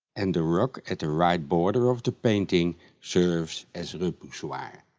and the rock at the right border of the painting serves as repoussoir.